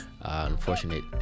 unfortunate